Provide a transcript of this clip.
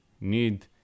need